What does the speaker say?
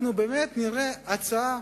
אנחנו באמת נראה הצעת